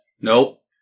Nope